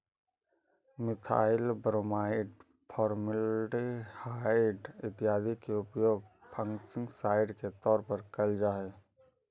methyl bromide, formaldehyde इत्यादि के उपयोग फंगिसाइड के तौर पर कैल जा हई